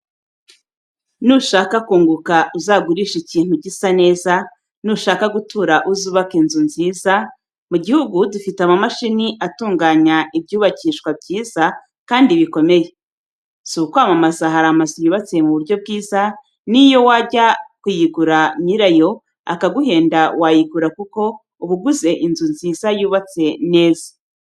Nushaka kunguka uzagurishe ikintu gisa neza, nushaka gutura uzubake inzu nziza, mu gihugu dufite amamashini atunganya ibyubakishwa byiza kandi bikomeye. Si ukwamamaza hari amazu yubatse mu buryo bwiza, ni yo wajya kuyigura nyirayo akaguhenda wayigura kuko uba uguze inzu nziza yubatse neza.